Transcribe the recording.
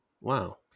wow